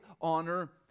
honor